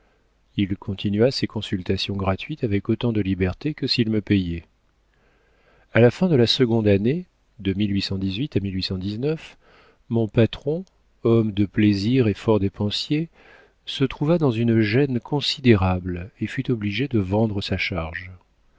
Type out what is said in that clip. il continua ses consultations gratuites avec autant de liberté que s'il me payait a la fin de la seconde année de à mon patron homme de plaisir et fort dépensier se trouva dans une gêne considérable et fut obligé de vendre sa charge